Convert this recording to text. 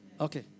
Okay